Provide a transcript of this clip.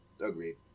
Agreed